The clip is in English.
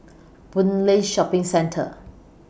Boon Lay Shopping Centre